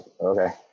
Okay